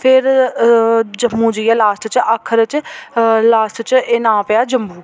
फिर जम्मू जाइयै लास्ट च आखर च लास्ट च एह् नांऽ पेआ जम्मू